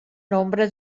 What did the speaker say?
nombre